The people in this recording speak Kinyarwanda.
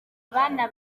abana